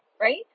right